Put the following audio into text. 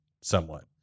somewhat